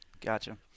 Gotcha